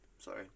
Sorry